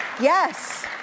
yes